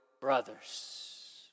brothers